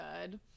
good